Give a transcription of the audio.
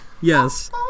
yes